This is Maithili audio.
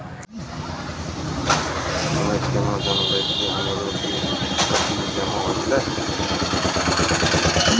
हम्मे केना जानबै कि हमरो सब बिल जमा होय गैलै?